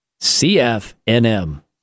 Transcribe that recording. CFNM